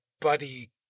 Buddy